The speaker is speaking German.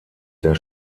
der